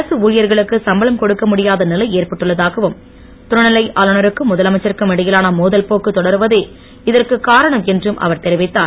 அரசு ஊழியர்களுக்குக சம்பளம் கொடுக்கமுடியாத நிலை ஏற்பட்டுள்ளதாகவும் துணைநிலை ஆளுனருக்கும் முதலமைச்சருக்கும் இடையிலான மோதல் போக்கு தொடருவதே இதற்குக் காரணம் என்றும் அவர் தெரிவித்தார்